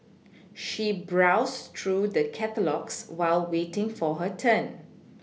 she browsed through the catalogues while waiting for her turn